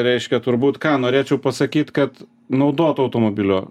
reiškia turbūt ką norėčiau pasakyt kad naudoto automobilio